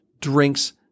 drinks